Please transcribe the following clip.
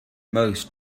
most